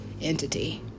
entity